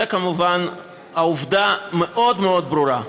היא כמובן העובדה המאוד-מאוד ברורה,